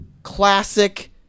classic